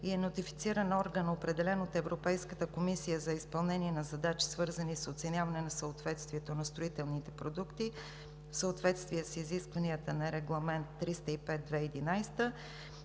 и е нотифициран орган, определен от Европейската комисия за изпълнение на задачи, свързани с оценяване на съответствието на строителните продукти в съответствие с изискванията на Регламент № 305/2011,